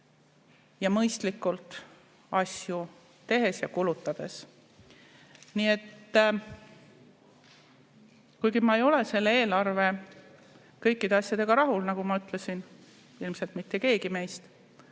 ja mõistlikult asju tehes ja kulutades. Nii et kuigi ma ei ole selle eelarve kõikide asjadega rahul – nagu ma ütlesin, [kõigega] rahul ei